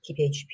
TPHP